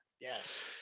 yes